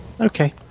Okay